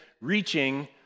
reaching